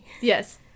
yes